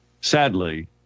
sadly